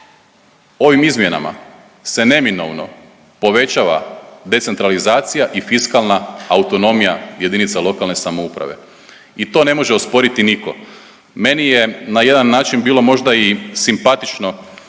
ovim izmjenama se neminovno povećava decentralizacija i fiskalna autonomija jedinica lokalne samouprave. I to ne može osporiti nitko. Meni je na jedan način bilo možda i simpatično